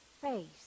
face